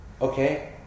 Okay